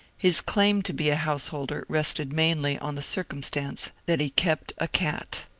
his claim to be a householder rested mainly on the circumstance that he kept a cat.